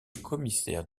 commissaire